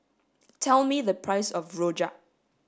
tell me the price of rojak